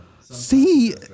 See